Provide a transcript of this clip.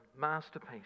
masterpiece